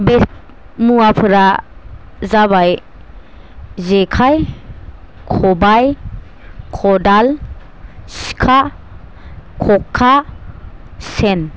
बे मुवाफोरा जाबाय जेखाइ खबाइ खदाल सिखा खखा सेन